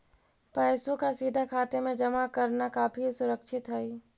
पैसों का सीधा खाते में जमा करना काफी सुरक्षित हई